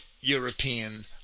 European